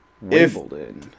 Wimbledon